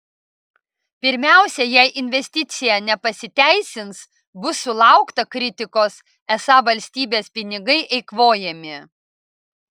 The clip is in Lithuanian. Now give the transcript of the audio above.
pirmiausia jei investicija nepasiteisins bus sulaukta kritikos esą valstybės pinigai eikvojami